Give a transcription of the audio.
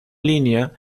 línea